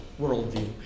worldview